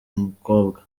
mukobwa